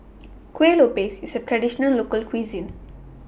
Kueh Lopes IS A Traditional Local Cuisine